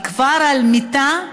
אני כבר במיטה,